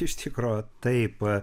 iš tikro taip